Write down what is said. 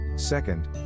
Second